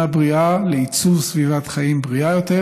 בריאה לעיצוב סביבת חיים בריאה יותר,